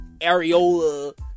areola